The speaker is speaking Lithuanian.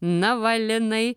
na va linai